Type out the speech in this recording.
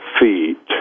feet